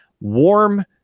warm